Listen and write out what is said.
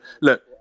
look